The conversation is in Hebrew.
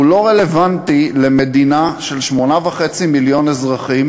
הוא לא רלוונטי למדינה של 8.5 מיליון אזרחים,